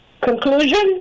Conclusion